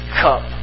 cup